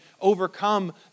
overcome